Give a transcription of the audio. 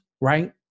right